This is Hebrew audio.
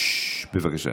גברתי השרה, בבקשה.